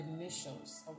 initials